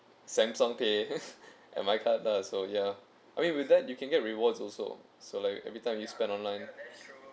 samsung pay and my card lah so ya I mean with that you can get rewards also so like everytime you spend online